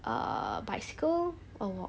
err bicycle or walk